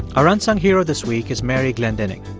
our unsung hero this week is mary glendinning.